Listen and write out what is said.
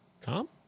Tom